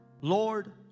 Lord